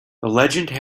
legend